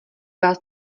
vás